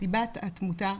סיבת התמותה,